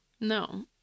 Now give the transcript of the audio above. No